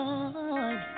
Lord